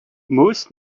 most